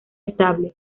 estable